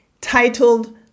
titled